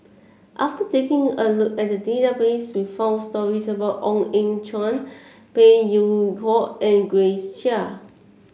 after taking a look at database we found stories about Ong Eng Guan Phey Yew Kok and Grace Chia